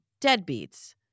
deadbeats